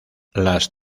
las